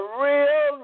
real